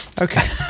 Okay